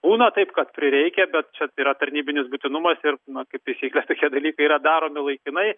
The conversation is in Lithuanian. būna taip kad prireikia bet yra tarnybinis būtinumas ir na kaip taisyklė tokie dalykai yra daromi laikinai